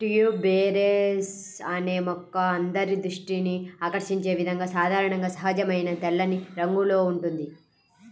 tuberose అనే మొక్క అందరి దృష్టిని ఆకర్షించే విధంగా సాధారణంగా సహజమైన తెల్లని రంగులో ఉంటుంది